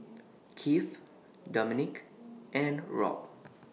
Kieth Dominque and Rob